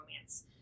romance